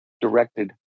directed